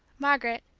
margaret,